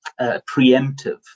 preemptive